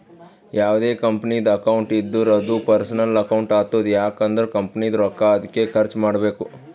ಯಾವ್ದೇ ಕಂಪನಿದು ಅಕೌಂಟ್ ಇದ್ದೂರ ಅದೂ ಪರ್ಸನಲ್ ಅಕೌಂಟ್ ಆತುದ್ ಯಾಕ್ ಅಂದುರ್ ಕಂಪನಿದು ರೊಕ್ಕಾ ಅದ್ಕೆ ಖರ್ಚ ಮಾಡ್ಬೇಕು